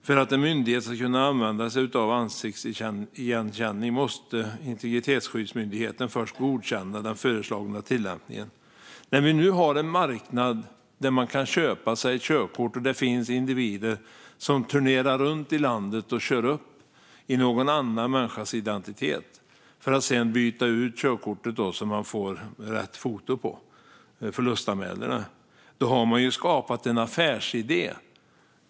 För att en myndighet ska kunna använda sig av ansiktsigenkänning måste Integritetsskyddsmyndigheten först godkänna den föreslagna tillämpningen. När det nu finns en marknad där det går att köpa sig körkort och det finns individer som turnerar runt i landet och kör upp med någon annan människas identitet, för att sedan byta ut körkortet så att det blir rätt foto genom att förlustanmäla körkortet, har man skapat en affärsidé.